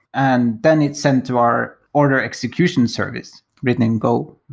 and then it's sent to our order execution service written in go.